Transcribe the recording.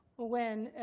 when